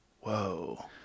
Whoa